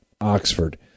Oxford